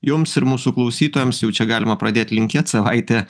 jums ir mūsų klausytojams jau čia galima pradėt linkėt savaitė